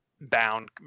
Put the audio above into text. bound